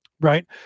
right